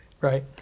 Right